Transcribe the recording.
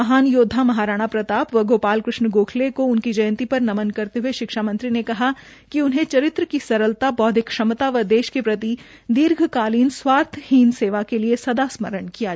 महान योद्धा महाराणा प्रताव व गोपाल कृष्ण गोखले को उनकी जयंती पर नमन करते हये शिक्षा मंत्री ने कहा कि उन्हें चरित्र की सरलता बौधिक क्षमता व देश के प्रति दीर्घकालीन स्वार्थहीन सेवा के लिए सदा स्मरण किया जायेगा